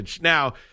Now